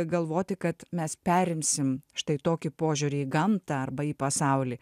galvoti kad mes perimsim štai tokį požiūrį į gamtą arba į pasaulį